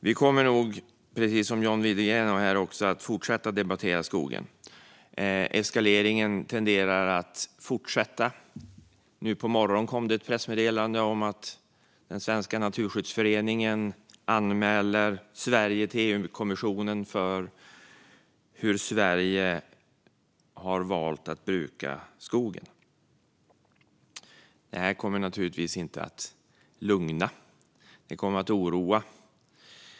Vi kommer nog, precis som John Widegren sa här, att fortsätta att debattera skogen. Eskaleringen tenderar att fortsätta. Nu på morgonen kom det ett pressmeddelande om att Naturskyddsföreningen anmäler Sverige till EU-kommissionen för hur Sverige har valt att bruka skogen. Det kommer naturligtvis inte att lugna, utan det kommer att oroa.